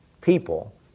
people